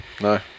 no